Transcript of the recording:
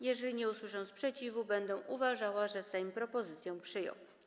Jeżeli nie usłyszę sprzeciwu, będę uważała, że Sejm propozycję przyjął.